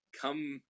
come